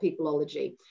peopleology